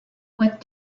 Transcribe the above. what